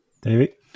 David